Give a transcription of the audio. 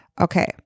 Okay